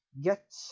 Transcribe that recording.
get